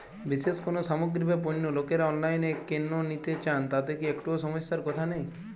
বিশেষ কোনো সামগ্রী বা পণ্য লোকেরা অনলাইনে কেন নিতে চান তাতে কি একটুও সমস্যার কথা নেই?